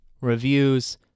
Reviews